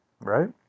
right